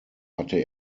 hatte